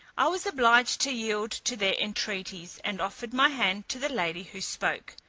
i was obliged to yield to their entreaties, and offered my hand to the lady who spoke,